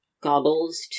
goggles